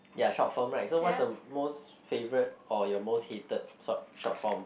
ya short form right so what's the most favourite or your most hated short short form